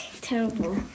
terrible